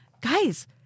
Guys